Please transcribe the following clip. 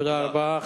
תודה רבה.